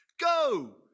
go